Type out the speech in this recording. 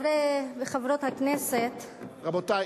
הכנסת, רבותי,